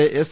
A S